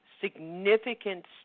significant